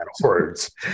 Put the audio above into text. words